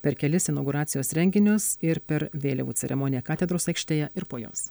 per kelis inauguracijos renginius ir per vėliavų ceremoniją katedros aikštėje ir po jos